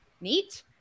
neat